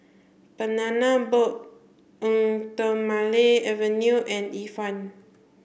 Banana Boat Eau Thermale Avene and Ifan